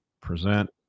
Present